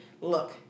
look